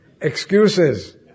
Excuses